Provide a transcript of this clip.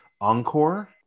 Encore